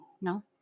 No